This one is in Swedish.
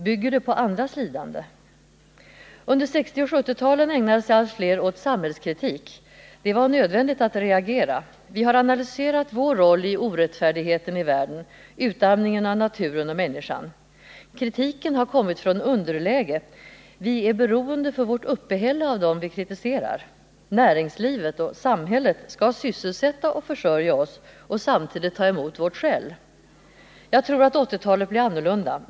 Bygger det på andras lidanden? Under 1960 och 1970-talen ägnade sig allt fler åt samhällskritik. Det var nödvändigt att reagera. Vi har analyserat vår roll i orättfärdigheten i världen, utarmningen av naturen och människan. Kritiken har kommit från underläge: vi är för vårt uppehälle beroende av dem vi kritiserar. ”Näringslivet” och ”samhället” skall sysselsätta och försörja oss och samtidigt ta emot vårt skäll. Jag tror att 1980-talet blir annorlunda.